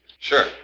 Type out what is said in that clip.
Sure